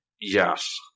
Yes